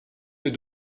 les